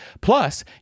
Plus